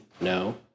no